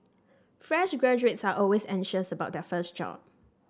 fresh graduates are always anxious about their first job